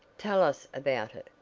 tell us about it,